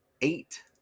eight